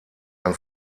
ein